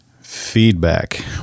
feedback